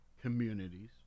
communities